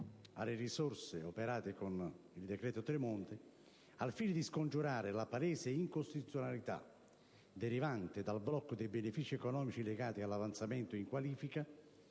alle risorse operato con il decreto Tremonti, al fine di scongiurare la palese incostituzionalità derivante dal blocco dei benefici economici legati all'avanzamento in qualifica,